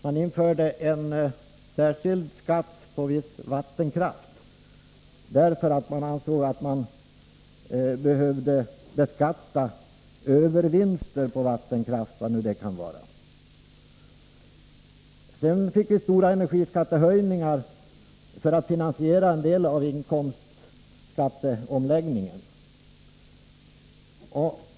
Man införde en särskild skatt på vattenkraft därför att man ansåg att man behövde beskatta övervinster på vattenkraft — vad nu det kan vara. Sedan fick vi stora energiskattehöjningar, som skulle finansiera en del av inkomstskatteomläggningen.